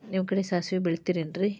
ನಿಮ್ಮ ಕಡೆ ಸಾಸ್ವಿ ಬೆಳಿತಿರೆನ್ರಿ?